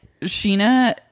Sheena